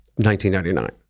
1999